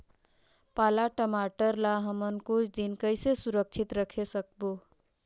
पाला टमाटर ला हमन कुछ दिन कइसे सुरक्षित रखे सकबो?